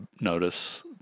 notice